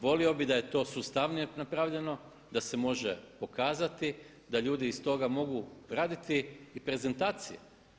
Volio bih da je to sustavnije napravljeno, da se može pokazati da ljudi iz toga mogu graditi i prezentacije.